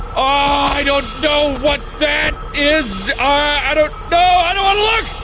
i don't know what that is ahhh, i don't know, i don't wanna look!